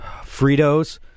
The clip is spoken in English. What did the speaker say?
Fritos